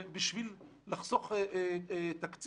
בשביל לחסוך כסף.